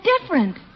different